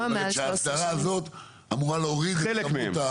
ההסדרה הזאת אמורה להוריד חלק מהם.